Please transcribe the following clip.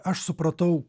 aš supratau